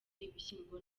ibishyimbo